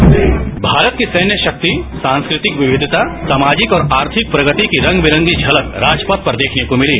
bite संवा भारत की सैन्य शक्ति सांस्कृतिक विविधता सामाजिक और आर्थिक प्रगति की रंग बिरंगी झलक राजपथ पर देखने को मिली